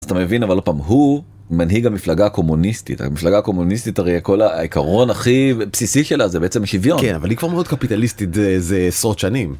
אתה מבין אבל פעם הוא מנהיג המפלגה הקומוניסטית המפלגה הקומוניסטית הרי הכל העיקרון הכי בסיסי שלה זה בעצם שוויון אבל היא כבר מאוד קפיטליסטית זה עשרות שנים.